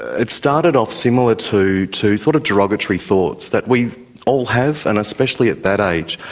it started off similar to to sort of derogatory thoughts that we all have, and especially at that age.